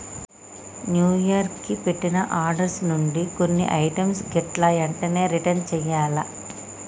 new year కి పెట్టిన orders నుంచి కొన్ని ఐటమ్స్ గిట్లా ఎంటనే రిటర్న్ చెయ్యాల్ల